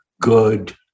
good